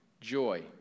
joy